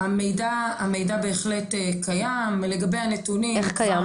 המידע בהחלט קיים, לגבי הנתונים -- איך קיים?